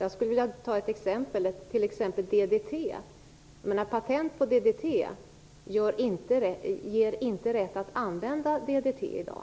Jag skulle vilja ta ett exempel: DDT. Patent på DDT ger inte rätt att använda DDT i dag.